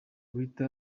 guhita